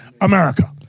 America